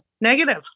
negative